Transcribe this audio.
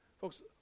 Folks